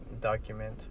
document